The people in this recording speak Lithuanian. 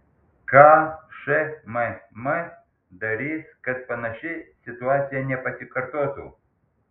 ką šmm darys kad panaši situacija nepasikartotų